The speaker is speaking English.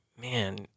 man